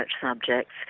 subjects